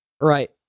right